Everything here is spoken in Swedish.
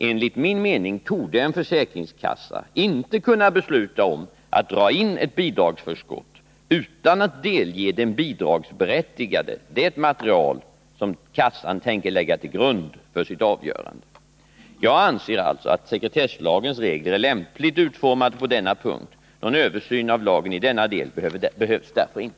Enligt min mening torde en försäkringskassa inte kunna besluta om att dra in ett bidragsförskott utan att delge den bidragsberättigade det material som kassan tänker lägga till grund för sitt avgörande. Jag anser alltså att sekretesslagens regler är lämpligt utformade på denna punkt. Någon översyn av lagen i denna del behövs därför inte.